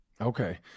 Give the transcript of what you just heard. Okay